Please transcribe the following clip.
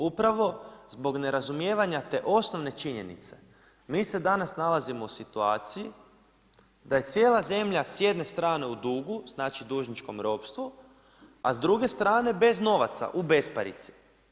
Upravo zbog nerazumijevanja te osnovne činjenice mi se danas nalazimo u situaciji da je cijela zemlja s jedne strane u dugu, znači dužničkom ropstvu, a s druge strane bez novaca u besparici.